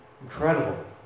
incredible